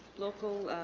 local